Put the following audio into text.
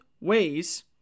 ways